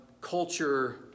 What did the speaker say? culture